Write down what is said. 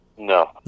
No